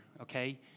okay